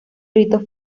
ritos